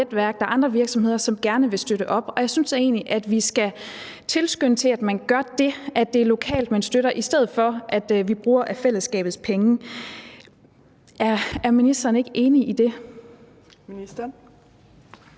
der er andre virksomheder – som gerne vil støtte op, og jeg synes egentlig, at vi skal tilskynde til, at man gør det, at det er lokalt, man støtter, i stedet for at vi bruger af fællesskabets penge. Er ministeren ikke enig i det? Kl.